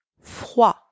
froid